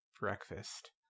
breakfast